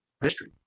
history